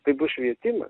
tai bus švietimas